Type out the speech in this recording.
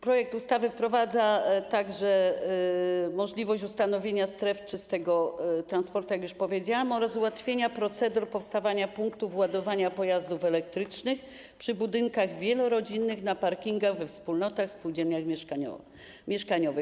Projekt ustawy wprowadza także możliwość ustanowienia stref czystego transportu, jak już powiedziałam, oraz ułatwienia procedur powstania punktów ładowania pojazdów elektrycznych przy budynkach wielorodzinnych na parkingach we wspólnotach, spółdzielniach mieszkaniowych.